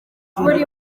buri